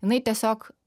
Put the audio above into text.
jinai tiesiog